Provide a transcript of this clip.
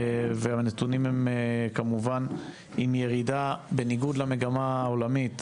והנתונים הם כמובן עם ירידה בניגוד למגמה העולמית.